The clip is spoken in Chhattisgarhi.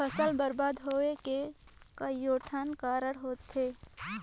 फसल बरबाद होवे के कयोठन कारण होथे